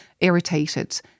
irritated